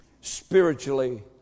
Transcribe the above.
spiritually